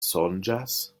sonĝas